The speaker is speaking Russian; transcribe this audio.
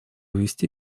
вести